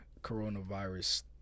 coronavirus